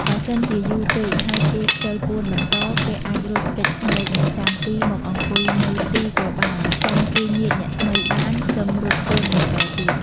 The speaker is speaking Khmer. បើសិនជាយូរពេក ហើយគេខ្ជិលពួនបន្ត គេអាចរត់គេចភ្នែកអ្នកចាំទីមកអង្គុយនៅទីក៏បាន ចាំគេញៀចអ្នកថ្មីបាន សិមរត់ពួនបន្តទៀត។